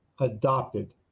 adopted